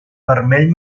vermell